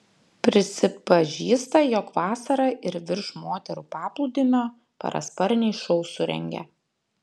prisipažįsta jog vasarą ir virš moterų paplūdimio parasparniai šou surengia